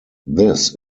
this